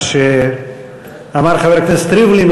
כמו שאמר חבר הכנסת ריבלין,